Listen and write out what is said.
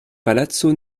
palaco